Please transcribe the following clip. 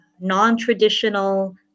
non-traditional